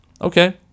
Okay